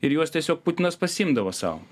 ir juos tiesiog putinas pasiimdavo sau